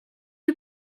you